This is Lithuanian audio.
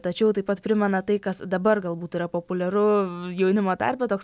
tačiau taip pat primena tai kas dabar galbūt yra populiaru jaunimo tarpe toks